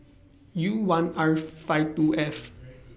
U one R five two F